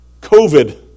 covid